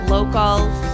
Locals